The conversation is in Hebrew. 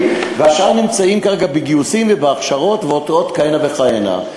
והשאר נמצאים כרגע בגיוסים ובהכשרות ועוד כהנה וכהנה.